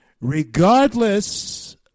regardless